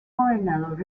gobernador